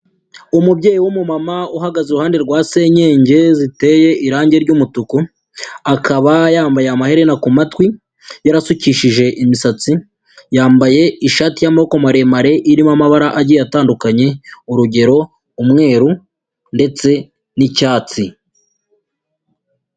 Umubyeyi w'umumama uhagaze iruhande rwa senyege ziteye irangi ry'umutuku, akaba yambaye amaheherena ku matwi yarasukishije imisatsi, yambaye ishati y'amaboko maremare irimo amabara agiye atandukanye, urugero umweru ndetse n'icyatsi.